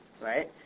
Right